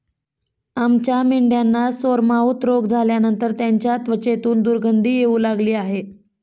आमच्या मेंढ्यांना सोरमाउथ रोग झाल्यानंतर त्यांच्या त्वचेतून दुर्गंधी येऊ लागली आहे